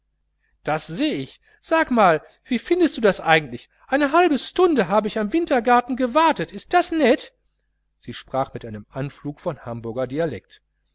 das seh ich sag mal wie findest du das eigentlich eine halbe stunde hab ich am wintergarten gewartet is das nett sie sprach mit einem anflug von hamburger dialekt